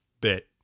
bit